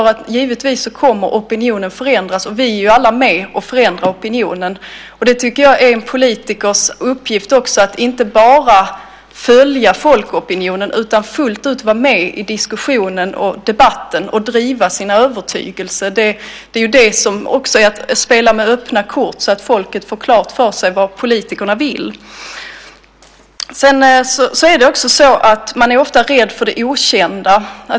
Givetvis kommer opinionen att förändras. Vi är alla med och förändrar opinionen. Jag tycker att det också är en politikers uppgift att inte bara följa folkopinionen utan fullt ut vara med i diskussionen och debatten och driva sin övertygelse. Det är det som också är att spela med öppna kort, så att folket får klart för sig vad politikerna vill. Sedan är man ofta rädd för det okända.